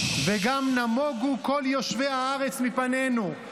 וגם נמֹגו כל יֹשבי הארץ מפנינו".